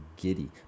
giddy